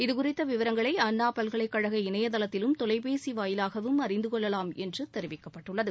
இதுகுறித்த விவரங்களை அண்ணா பல்லைக்கழக இணையதளத்திலும் தொலைபேசி வாயிலாகவும் அறிந்து கொள்ளலாம் என்று தெரிவிக்கப்பட்டுள்ளது